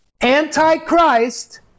Antichrist